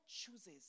chooses